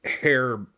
hair